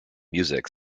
music